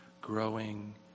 growing